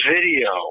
Video